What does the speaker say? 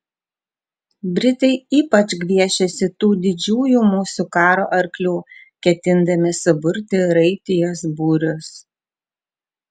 britai ypač gviešiasi tų didžiųjų mūsų karo arklių ketindami suburti raitijos būrius